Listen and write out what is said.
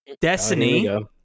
Destiny